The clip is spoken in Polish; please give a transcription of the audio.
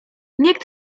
nikt